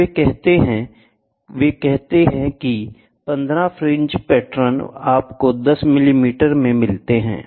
तो वे क्या कहते हैं वे कहते हैं कि 15 फ्रिंज पैटर्न आपको 10 मिलीमीटर में मिलते हैं